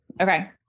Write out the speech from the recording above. Okay